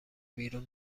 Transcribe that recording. بیرون